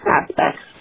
aspects